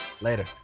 Later